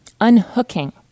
unhooking